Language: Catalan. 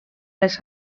les